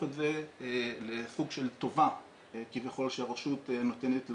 את זה לסוג של טובה כביכול שהרשות נותנת,